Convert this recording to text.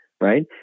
right